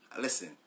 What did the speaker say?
listen